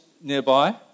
nearby